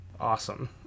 Awesome